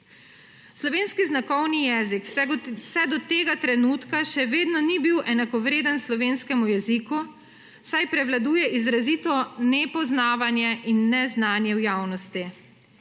Slovenski znakovni jezik vse do tega trenutka še vedno ni bil enakovreden slovenskemu jeziku, saj prevladuje izrazito nepoznavanje in neznanje v javnosti.